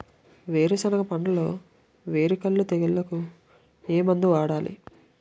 వేరుసెనగ పంటలో వేరుకుళ్ళు తెగులుకు ఏ మందు వాడాలి?